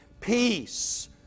peace